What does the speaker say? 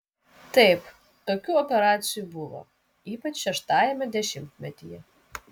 taip tokių operacijų buvo ypač šeštajame dešimtmetyje